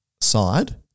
side